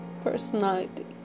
personality